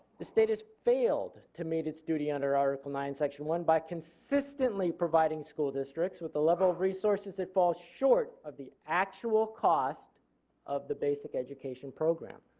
the state has failed to meet its duty under article nine section one by consistently providing school districts with the level of resources that fall short of the actual costs of the basic education program.